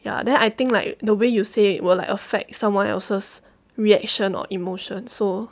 ya then I think like the way you say will like affect someone else's reaction or emotion so